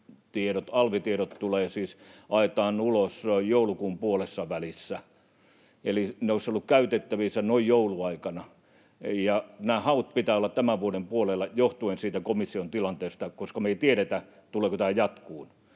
alvitiedot, ajetaan ulos joulukuun puolessavälissä, eli ne olisivat olleet käytettävissä noin joulun aikana, ja näiden hakujen pitää olla tämän vuoden puolella johtuen siitä komission tilanteesta, koska me ei tiedetä, tuleeko tämä jatkumaan,